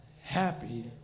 happy